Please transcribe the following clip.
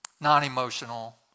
non-emotional